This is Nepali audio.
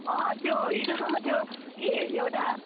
अँहँ त्यो हिजोसम्म थियो कि एउटा